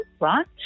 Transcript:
right